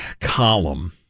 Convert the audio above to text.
column